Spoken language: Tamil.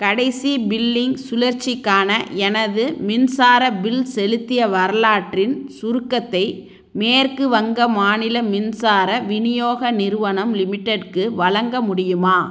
கடைசி பில்லிங் சுழற்சிக்கான எனது மின்சார பில் செலுத்திய வரலாற்றின் சுருக்கத்தை மேற்குவங்க மாநில மின்சார விநியோக நிறுவனம் லிமிடெட்டுக்கு வழங்க முடியுமா